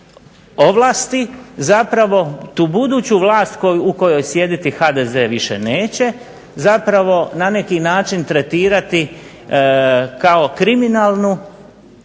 ovlasti zapravo tu buduću vlast u kojoj sjediti HDZ više neće zapravo na neki način tretirati kao kriminalnu